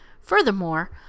Furthermore